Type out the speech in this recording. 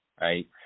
right